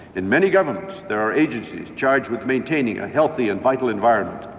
in many governments there are agencies charged with maintaining a healthy and vital environment.